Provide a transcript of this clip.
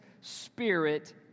spirit